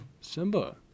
Simba